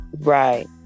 Right